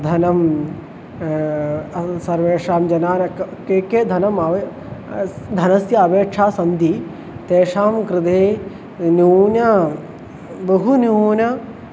धनं सर्वेषां जनान् के के धनम् अव धनस्य अपेक्षाः सन्ति तेषां कृते न्यूनं बहु न्यूनम्